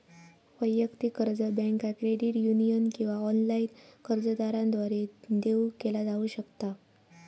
वैयक्तिक कर्ज बँका, क्रेडिट युनियन किंवा ऑनलाइन कर्जदारांद्वारा देऊ केला जाऊ शकता